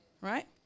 right